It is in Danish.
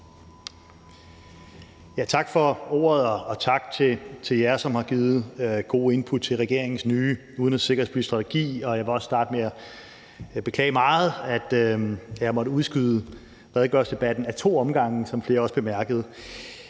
Tak for ordet, og tak til jer, der har givet gode input til regeringens nye udenrigs- og sikkerhedspolitiske strategi. Jeg vil godt starte med at beklage, at jeg har måttet udskyde redegørelsesdebatten ad to omgange, som flere også bemærkede.